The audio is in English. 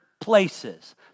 places